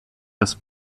das